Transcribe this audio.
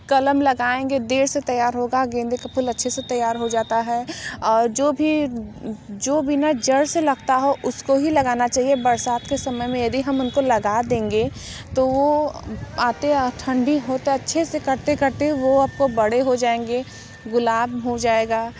कलम लगाएंगे देर से तैयार होगा गेंदे का फूल अच्छे से तैयार हो जाता है और जो भी जो भी ना जड़ से लगता हो उसको ही लगाना चाहिए बरसात के समय में यदि हम उनको लगा देंगे तो वो आते और ठंडी हो तो अच्छे से करते करते वो आपको बड़े हो जाएंगे गुलाब हो जाएगा